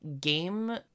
game